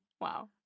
Wow